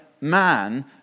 man